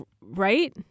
right